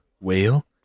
Whale